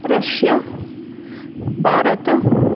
Russia Bharat